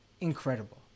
incredible